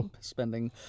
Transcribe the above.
spending